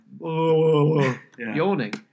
yawning